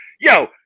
Yo